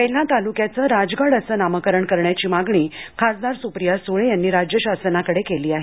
वेल्हा तालुक्याचं राजगड असं नामकरण करण्याची मागणी खासदार सुप्रिया सुळे यांनी राज्य शासनाकडे केली आहे